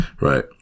right